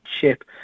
chip